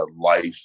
life